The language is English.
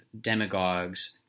demagogues